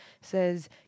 says